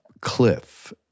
cliff